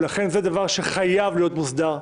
לכן זה דבר שחייב להיות מוסדר.